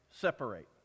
separate